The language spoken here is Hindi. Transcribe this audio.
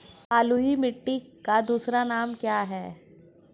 बलुई मिट्टी का दूसरा नाम क्या है?